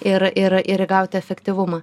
ir ir ir įgauti efektyvumą